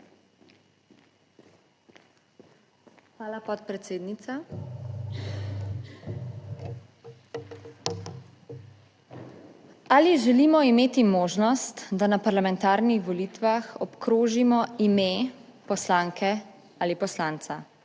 Hvala, podpredsednica. Ali želimo imeti možnost, da na parlamentarnih volitvah obkrožimo ime poslanke ali poslanca,